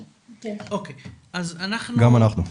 גם אנחנו.